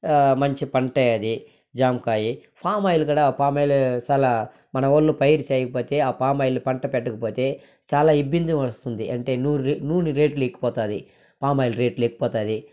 మంచి పంటే అది జామకాయి పామ్ ఆయిల్ కూడా పామాయిలు చాలా మానవాళ్ళు పైరు చేయకపోతే ఆ పామ్ ఆయిల్ పంట పెట్టకపోతే చాలా ఇబ్బంది వస్తుంది అంటే నూనె రే నూనె రేట్లు ఎక్కిపోతుంది పామ్ ఆయిల్ రేట్లు ఎక్కిపోతుంది